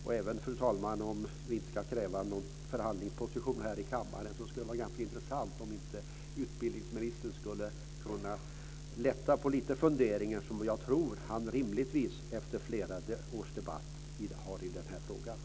Även om vi, fru talman, inte ska kräva någon förhandlingsposition här i kammaren, skulle det vara ganska intressant om utbildningsministern kunde lätta lite på de funderingar som jag tror att han rimligtvis efter flera års debatt har i den här frågan.